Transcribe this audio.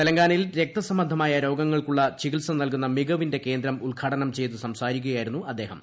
തെലങ്കാനയിൽ രക്തസംബന്ധമായ രോഗങ്ങൾക്കുള്ള ചികിൽസ നൽകുന്ന മികവിന്റെ കേന്ദ്രം ഉൽഘാടനം ചെയ്തു സംസാരിക്കുകയായിരുന്നു അദ്ദേഹം